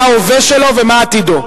מה ההווה שלו ומה עתידו.